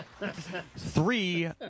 Three